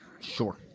Sure